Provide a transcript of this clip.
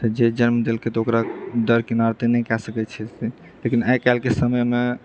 तऽ जे जन्म दलकै तऽ ओकरा दरकिनार तऽ नहि कए सकैत छै से लेकिन आइ काल्हिके समयमे